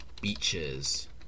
beaches